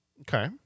Okay